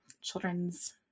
children's